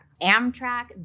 Amtrak